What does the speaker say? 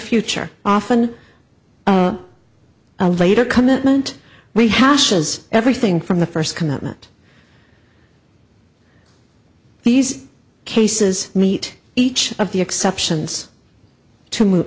future often a later commitment we hash is everything from the first commitment these cases meet each of the exceptions to move